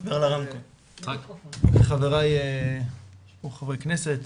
הרבה לפני החקיקות